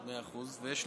טוב.